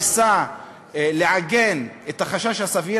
ניסה לעגן את החשש הסביר,